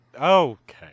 Okay